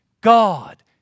God